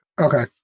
Okay